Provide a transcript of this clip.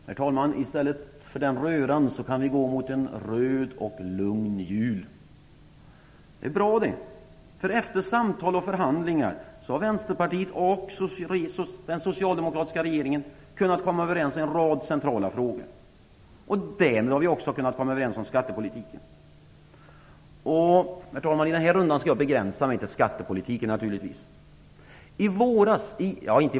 Herr talman! Vi kan i stället för med en rödgrön röra gå mot en röd och lugn jul. Det är bra, för efter samtal och förhandlingar har Vänsterpartiet och den socialdemokratiska regeringen kunnat komma överens i en rad centrala frågor. Därmed har vi också kunnat komma överens om skattepolitiken. Herr talman! Jag skall i den här rundan naturligtvis begränsa mig till skattepolitiken.